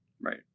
right